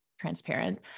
transparent